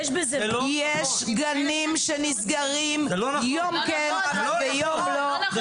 יש גנים שנסגרים יום כן ויום לא.